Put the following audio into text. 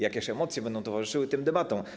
Jakież emocje będą towarzyszyły tym debatom.